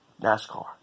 NASCAR